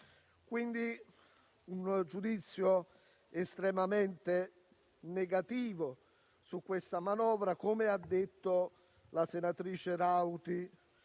un giudizio estremamente negativo sulla manovra. Come ha detto la senatrice Rauti,